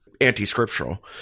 anti-scriptural